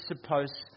supposed